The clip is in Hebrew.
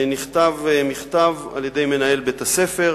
נכתב מכתב על-ידי מנהל בית הספר,